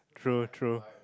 true true